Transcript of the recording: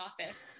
office